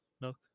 Milk